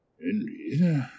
indeed